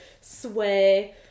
sway